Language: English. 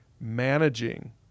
managing